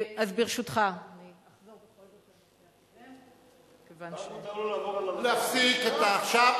אז ברשותך, מותר לו לעבור על, להפסיק את, עכשיו.